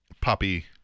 poppy